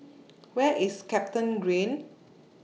Where IS Capitagreen